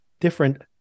different